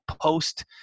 post